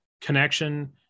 connection